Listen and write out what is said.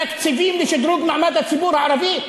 תקציבים לשדרוג מעמד הציבור הערבי.